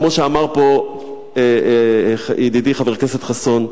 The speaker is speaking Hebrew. כמו שאמר ידידי חבר הכנסת חסון,